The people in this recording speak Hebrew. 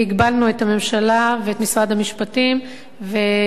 ועל העצות המשפטיות הטובות שקיבלתי מהיועצת המשפטית של הוועדה,